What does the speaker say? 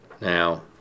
Now